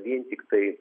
vien tiktai